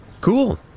cool